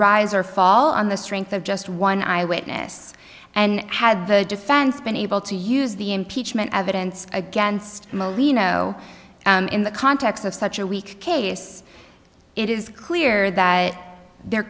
rise or fall on the strength of just one eyewitness and had the defense been able to use the impeachment evidence against molino in the context of such a weak case it is clear that the